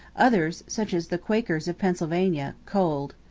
others, such as the quakers of pennsylvania, cold.